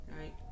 right